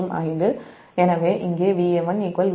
மற்றும் எனவே இங்கே Va1 Va2